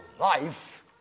life